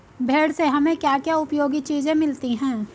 भेड़ से हमें क्या क्या उपयोगी चीजें मिलती हैं?